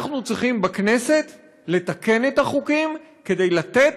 אנחנו צריכים בכנסת לתקן את החוקים כדי לתת